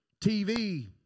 TV